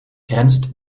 grenzt